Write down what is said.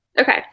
Okay